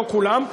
לא כולם,